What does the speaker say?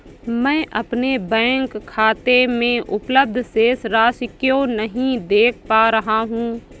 मैं अपने बैंक खाते में उपलब्ध शेष राशि क्यो नहीं देख पा रहा हूँ?